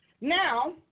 Now